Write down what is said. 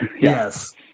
Yes